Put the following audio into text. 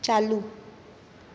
चालू